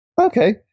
Okay